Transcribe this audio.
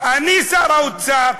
אני שר האוצר,